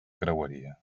creueria